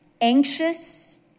anxious